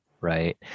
right